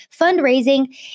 fundraising